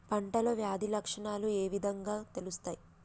పంటలో వ్యాధి లక్షణాలు ఏ విధంగా తెలుస్తయి?